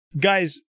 guys